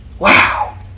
Wow